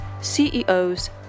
CEOs